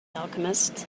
alchemist